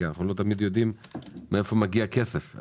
כי אנחנו לא תמיד יודעים מאיפה מגיע הכסף.